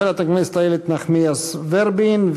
חברת הכנסת איילת נחמיאס ורבין,